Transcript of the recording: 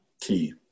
key